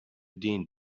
din